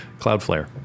Cloudflare